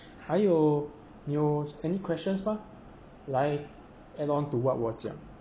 还有你有 any questions 吗 like add on to what 我讲